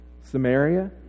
Samaria